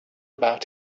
about